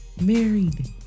married